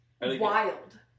Wild